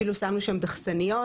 אפילו שמנו שם דחסניות,